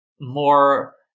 more